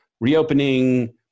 reopening